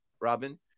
Robin